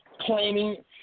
claiming